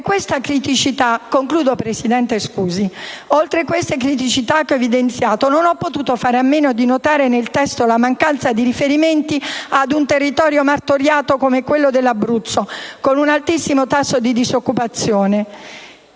Oltre queste criticità che ho evidenziato, non ho potuto fare a meno di notare nel testo la mancanza di riferimenti ad un territorio martoriato come quello dell'Abruzzo, con un altissimo tasso di disoccupazione,